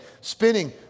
Spinning